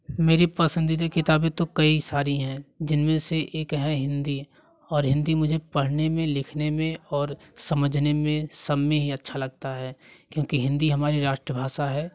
मेरी पसंदीदा किताबें तो कई सारी हैं जिनमें से एक है हिंदी और हिंदी मुझे पढ़ने में लिखने में और समझने में सब में ही अच्छा लगता है क्योंकि हिंदी हमारी राष्ट्रभाषा है और